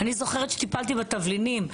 אני זוכרת שטיפלתי בתבלינים.